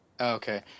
Okay